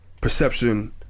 perception